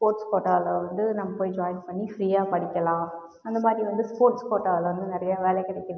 sports கோட்டாவில வந்து நம்ம போய் ஜாயின் பண்ணி ஃபிரீயாக படிக்கலாம் அந்த மாரி வந்து ஸ்போர்ட்ஸ் கோட்டாவில வந்து நிறைய வேலை கிடைக்குது